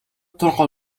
طرق